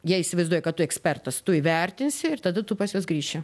jie įsivaizduoja kad tu ekspertas tu įvertinsi ir tada tu pas juos grįši